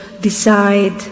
decide